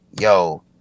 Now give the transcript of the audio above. yo